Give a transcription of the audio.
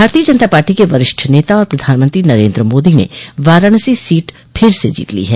भारतीय जनता पार्टी के वरिष्ठ नेता और प्रधानमंत्री नरेन्द्र मोदी ने वाराणसी सीट फिर से जीत ली है